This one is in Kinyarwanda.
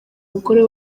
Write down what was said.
umugore